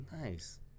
nice